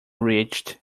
reached